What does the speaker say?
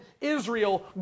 Israel